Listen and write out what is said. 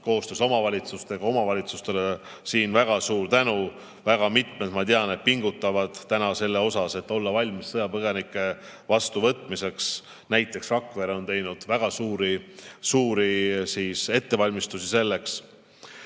koostöös omavalitsustega. Omavalitsustele siin väga suur tänu, väga mitmed, ma tean, pingutavad täna selle nimel, et olla valmis sõjapõgenikke vastu võtma. Näiteks Rakvere on teinud väga suuri ettevalmistusi.